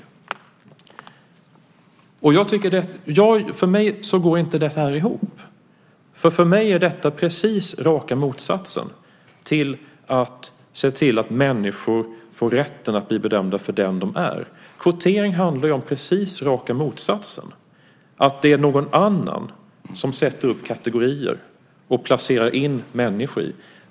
För mig går detta inte ihop. För mig är detta raka motsatsen till att se till att människor får rätten att bli bedömda för dem de är. Kvotering handlar om precis raka motsatsen: Det är någon annan som sätter upp kategorier och placerar in människor i dem.